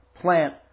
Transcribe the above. plant